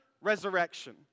resurrection